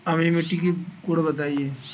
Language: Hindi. अम्लीय मिट्टी का गुण बताइये